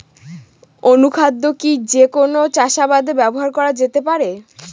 অনুখাদ্য কি যে কোন চাষাবাদে ব্যবহার করা যেতে পারে?